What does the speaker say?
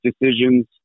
decisions